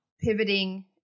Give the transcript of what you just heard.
pivoting